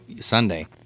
Sunday